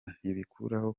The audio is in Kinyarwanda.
ntibikuraho